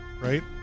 right